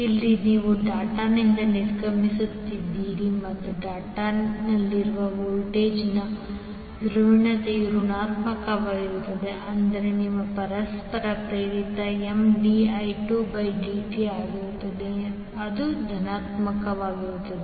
ಇಲ್ಲಿ ನೀವು ಡಾಟ್ನಿಂದ ನಿರ್ಗಮಿಸುತ್ತಿದ್ದೀರಿ ಮತ್ತು ಡಾಟ್ನಲ್ಲಿರುವ ವೋಲ್ಟೇಜ್ನ ಧ್ರುವೀಯತೆಯು ಋಣಾತ್ಮಕವಾಗಿರುತ್ತದೆ ಅಂದರೆ ನಿಮ್ಮ ಪರಸ್ಪರ ಪ್ರೇರಿತ Mdi 2 dt ಆಗಿರುತ್ತದೆ ಅದು ಧನಾತ್ಮಕವಾಗಿರುತ್ತದೆ